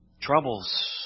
Troubles